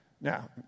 Now